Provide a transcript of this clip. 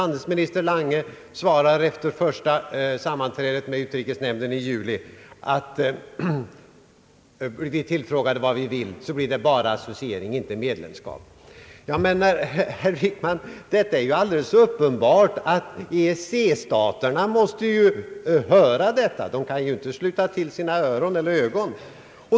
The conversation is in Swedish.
Handelsminister Lange svarade efter första sammanträdet med utrikesnämnden i juli, att blir vi tillfrågade om vad vi vill, begär vi associering och inte medlemskap. Men, herr Wickman, det är ju alldeles uppenbart att EEC-staterna måste höra detta. De kan inte sluta till sina öron eller ögon.